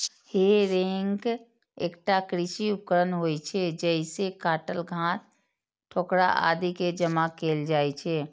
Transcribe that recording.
हे रैक एकटा कृषि उपकरण होइ छै, जइसे काटल घास, ठोकरा आदि कें जमा कैल जाइ छै